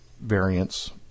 variants